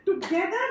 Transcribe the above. together